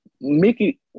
Mickey